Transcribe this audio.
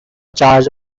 charge